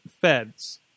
feds